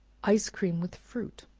ice cream with fruit.